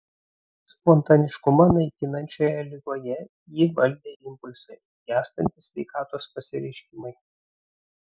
spontaniškumą naikinančioje ligoje jį valdė impulsai gęstantys sveikatos pasireiškimai